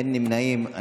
51